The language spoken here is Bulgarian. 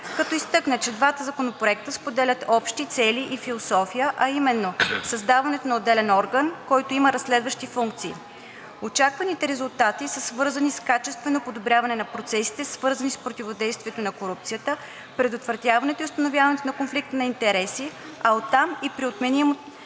като изтъкна, че двата законопроекта споделят общи цели и философия, а именно създаването на отделен орган, който има разследващи функции. Очакваните резултати са свързани с качествено подобряване на процесите, свързани с противодействието на корупцията, предотвратяването и установяване на конфликта на интереси, а оттам и при отнемането